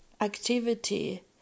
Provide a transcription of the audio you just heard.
activity